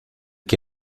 que